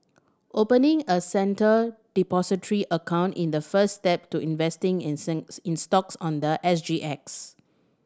opening a Centre Depository account is the first step to investing in in stocks on the S G X